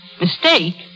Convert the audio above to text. mistake